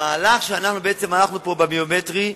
המהלך שאנחנו בעצם הלכנו פה במאגר הביומטרי,